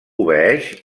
obeeix